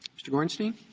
mr. gornstein.